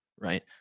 right